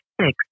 six